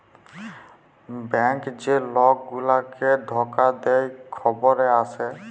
bank যে লক গুলাকে ধকা দে খবরে আসে